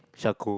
charcoal